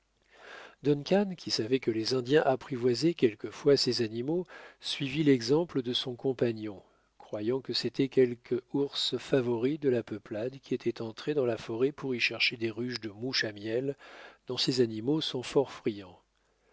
qui savait que les indiens apprivoisaient quelquefois ces animaux suivit l'exemple de son compagnon croyant que c'était quelque ours favori de la peuplade qui était entré dans la forêt pour y chercher des ruches de mouches à miel dont ces animaux sont fort friands